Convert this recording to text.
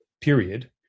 Period